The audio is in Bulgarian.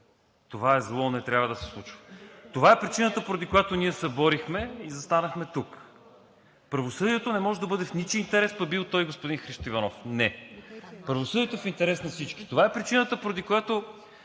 Това зло не трябва да се случва. Това е причината, поради която ние се борихме и застанахме тук. Правосъдието не може да бъде в ничий интерес, па бил той и господин Христо Иванов. Не! Правосъдието е в интерес на всички. Това е причината, поради която,